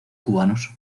cubanos